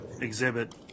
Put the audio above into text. exhibit